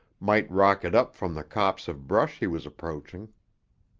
might rocket up from the copse of brush he was approaching.